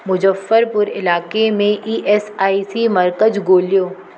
मुजफ्फरपुर इलाइक़े में E S I C मर्कज़ु ॻोल्हियो